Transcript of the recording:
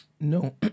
No